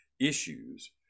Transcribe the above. issues